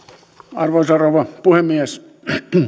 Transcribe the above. arvoisa rouva puhemies